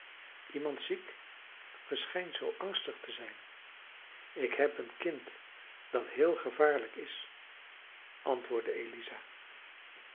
iemand ziek ge schijnt zoo angstig te zijn ik heb een kind dat heel gevaarlijk is antwoordde eliza